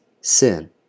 sin